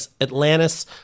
Atlantis